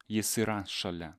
jis yra šalia